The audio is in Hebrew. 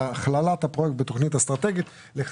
להתחיל לארגן את כל הצוותים האלה